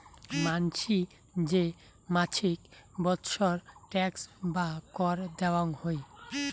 মানসি যে মাছিক বৎসর ট্যাক্স বা কর দেয়াং হই